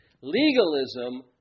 Legalism